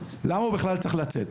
למה בכלל צריך לצאת.